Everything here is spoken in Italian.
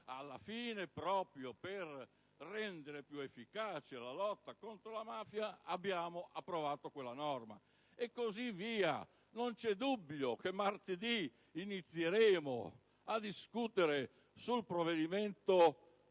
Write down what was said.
Alla fine però, proprio per rendere più efficace la lotta alla mafia, abbiamo approvato quella norma. E così via. Non c'è dubbio che martedì inizieremo a discutere il provvedimento nel quale